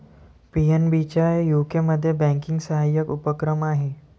PNB चा यूकेमध्ये banking सहाय्यक उपक्रम आहे